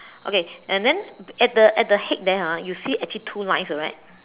okay and then at the at the head there ha you see actually two lines correct